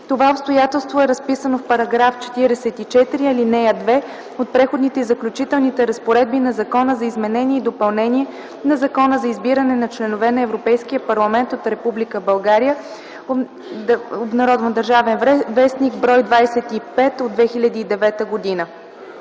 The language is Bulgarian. Това обстоятелство е разписано в § 44, ал. 2 от Преходните и заключителните разпоредби на Закона за изменение и допълнение на Закона за избиране на членове на Европейския парламент от Република България (ДВ, бр. 25 от 2009 г.).